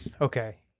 okay